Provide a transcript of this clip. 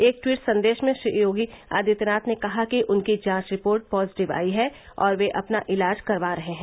एक ट्वीट संदेश में योगी आदित्यनाथ ने कहा कि उनकी जांच रिपोर्ट पॉजिटिव आई है और वे अपना इलाज करवा रहे हैं